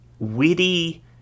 witty